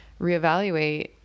reevaluate